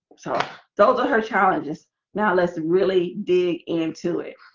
so those are her challenges now, let's really dig into it